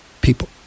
people